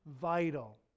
vital